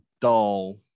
dull